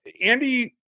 Andy